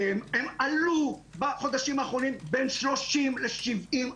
הם עלו בחודשים האחרונים בין 30 ל-70%.